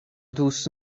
دوست